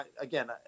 again